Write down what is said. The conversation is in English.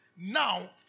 now